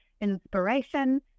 inspiration